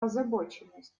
озабоченность